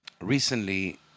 Recently